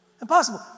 Impossible